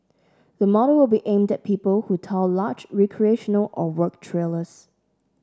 the model will be aimed at people who tow large recreational or work trailers